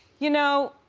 you know,